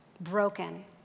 broken